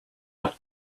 have